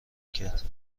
کرد